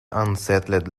unsettled